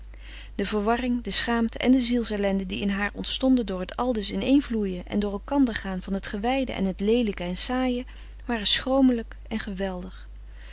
de verwarring de schaamte en de ziels ellende die in haar ontstonden door het aldus in één vloeien en door elkander gaan van het gewijde en het leelijke en saaie waren schromelijk en geweldig